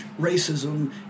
racism